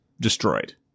destroyed